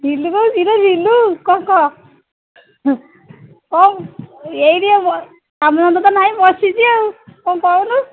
ରିଲୁ କହୁଛୁ କିରେ ରିଲୁ କ'ଣ କହ ଏଇ ଟିକେ କାମଧାମ ତ ନାଇଁ ବସିଛି ଆଉ କ'ଣ କହୁନୁ